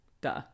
Duh